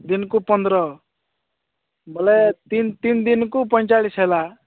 ଦିନକୁ ପନ୍ଦର ବୋଲେ ତିନ ତିନ ଦିନକୁ ପଇଁଚାଳିଶ ହେଲା